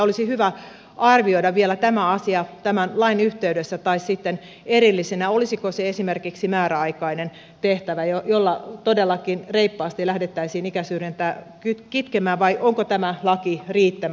olisi hyvä arvioida vielä tämä asia tämän lain yhteydessä tai sitten erillisenä olisiko se esimerkiksi määräaikainen tehtävä jolla todellakin reippaasti lähdettäisiin ikäsyrjintää kitkemään vai onko tämä laki riittävä